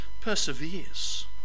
perseveres